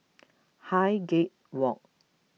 Highgate Walk